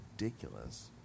ridiculous